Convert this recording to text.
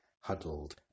huddled